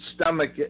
stomach